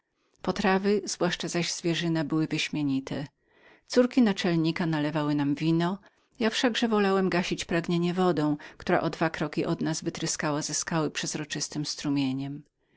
potrawy zwłaszcza zaś zwierzyna były wyśmienite córki naczelnika nalewały nam wino ja wszakże wolałem gasić pragnienie wodą która o dwa kroki od nas wytryskała ze skały przezroczystym strumieniem